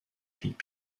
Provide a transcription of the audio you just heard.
peak